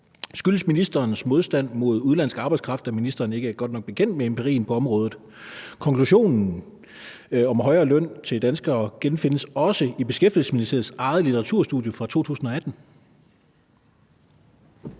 Skyldes ministerens modstand mod udenlandsk arbejdskraft, at ministeren ikke er godt nok bekendt med empirien på området? Konklusionen om højere løn til danskere genfindes også i Beskæftigelsesministeriets eget litteraturstudie fra 2018.